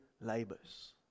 Labors